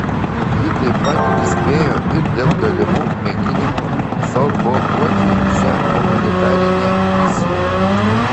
ji taip pat įspėjo ir dėl galimų mėginimų sabotuoti šią humanitarinę misiją